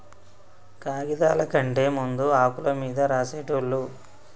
కాగిదాల కంటే ముందు ఆకుల మీద రాసేటోళ్ళు